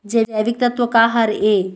जैविकतत्व का हर ए?